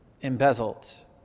embezzled